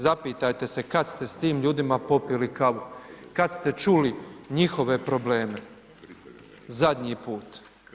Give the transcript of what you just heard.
Zapitajte se kada ste s tim ljudima popili kavu, kada ste čuli njihove probleme zadnji put.